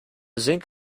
zinc